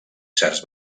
certs